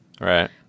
Right